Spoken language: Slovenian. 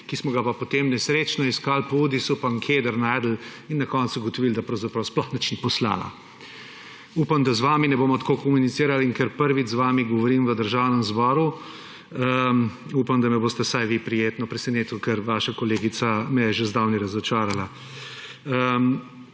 ki smo jih pa potem nesrečno iskali po Udisu in nikjer našli; in na koncu ugotovili, da pravzaprav sploh ni nič poslala. Upam, da z vami ne bomo tako komunicirali. Ker prvič z vami govorim v Državnem zboru, upam, da me boste vsaj vi prijetno presenetili, ker vaša kolegica me je že zdavnaj razočarala.